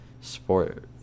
sport